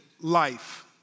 life